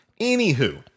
Anywho